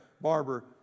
Barber